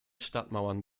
stadtmauern